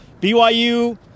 BYU-